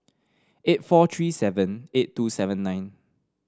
eight four three seven eight two seven nine